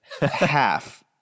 half